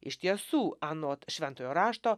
iš tiesų anot šventojo rašto